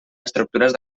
estructures